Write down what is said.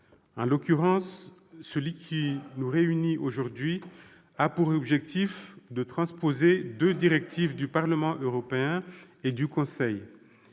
En l'occurrence, celui qui nous réunit aujourd'hui a pour objectif de transposer deux directives du Parlement européen et du Conseil